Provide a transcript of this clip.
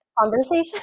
conversation